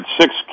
six